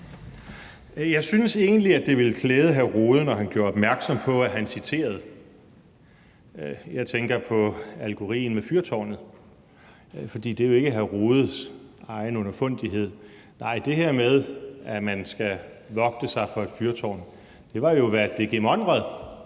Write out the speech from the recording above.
Jeg synes egentlig, det ville klæde hr. Jens Rohde, at han gjorde opmærksom på, at han citerede. Jeg tænker på allegorien med fyrtårnet, for det er jo ikke hr. Jens Rohdes egen underfundighed. Nej, det her med, at man skal vogte sig for et fyrtårn, var jo, hvad D.G. Monrad